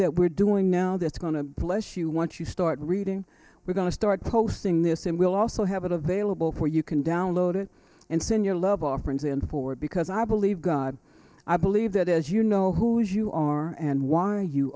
that we're doing now that's going to bless you once you start reading we're going to start posting this and we'll also have it available where you can download it and send your love offerings in forward because i believe god i believe that is you know who is you are and why you